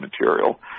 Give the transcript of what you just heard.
material